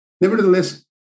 Nevertheless